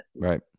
right